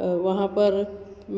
वहाँ पर